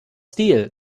steel